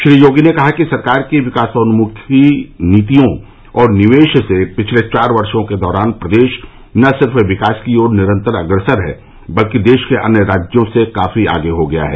श्री योगी ने कहा कि सरकार की विकासोन्मुखी नीतियों और निवेश से पिछले चार वर्षो के दौरान प्रदेश न सिर्फ़ विकास की ओर निरन्तर अग्रसर है बल्कि देश के अन्य राज्यों से काफी आगे हो गया है